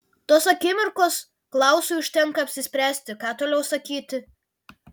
tos akimirkos klausui užtenka apsispręsti ką toliau sakyti